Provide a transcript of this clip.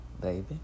Baby